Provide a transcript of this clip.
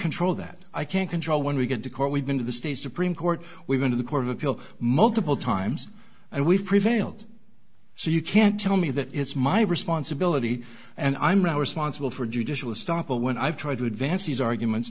control that i can't control when we get to court we've been to the state supreme court we've been to the court of appeals multiple times and we've prevailed so you can't tell me that it's my responsibility and i'm now responsible for judicial stoppel when i've tried to advance these arguments